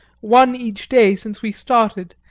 one each day since we started,